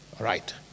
Right